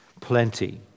plenty